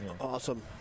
awesome